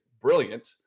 brilliant